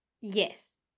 Yes